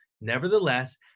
Nevertheless